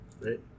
Right